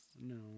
No